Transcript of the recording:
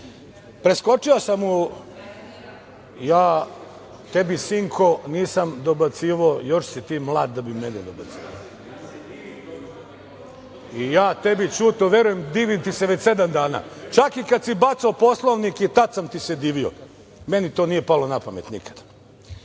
vidi. Preskočio sa , ja tebi sinko nisam dobacivao još si ti mlad da bi meni dobacivao i ja tebi Ćuto verujem divim ti se već sedam dana, čak i kada si bacao Poslovnik i tada sam ti se divio, meni to nije palo napamet nikada. Dakle,